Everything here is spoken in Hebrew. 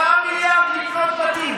4 מיליארד לקנות בתים.